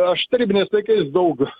aš tarybiniais laikais daug